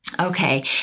Okay